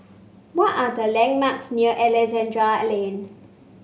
what are the landmarks near Alexandra Lane